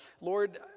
Lord